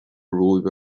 romhaibh